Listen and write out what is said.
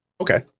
Okay